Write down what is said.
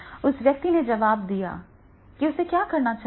उस आदमी ने जवाब दिया कि उसे क्या करना चाहिए